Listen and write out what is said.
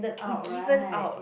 given out